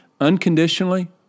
unconditionally